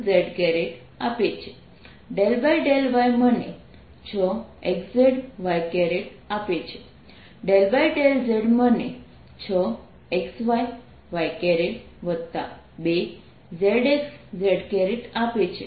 x2x6xyzyz2xz તો આપણે ∂x મને 2xx6yzyz2z આપે છે ∂y મને 06xzy0 આપે છે ∂z મને 06xyy2zxz આપે છે